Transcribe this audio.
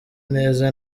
neza